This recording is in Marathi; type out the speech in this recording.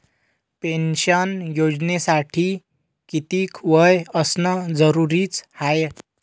पेन्शन योजनेसाठी कितीक वय असनं जरुरीच हाय?